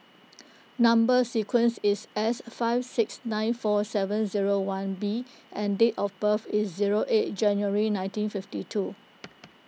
Number Sequence is S five six nine four seven zero one B and date of birth is zero eight January nineteen fifty two